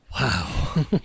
Wow